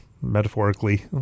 metaphorically